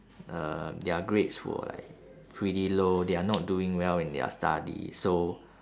uh their grades were like pretty low they're not doing well in their studies so